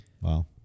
Wow